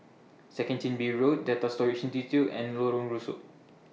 Second Chin Bee Road Data Storage Institute and Lorong Rusuk